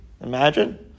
Imagine